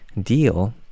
deal